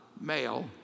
male